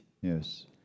Yes